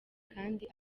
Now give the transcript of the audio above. kandi